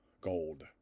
gold